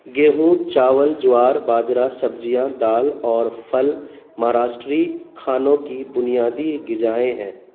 گیہوں چاول جوار باجرا سبزیاں دال اور پھل مہاراشٹری کھانوں کی بنیادی غذائیں ہیں